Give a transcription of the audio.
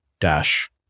dash